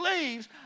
leaves